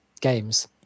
games